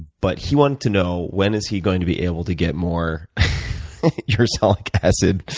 but he wanted to know when is he going to be able to get more yeah ursolic acid?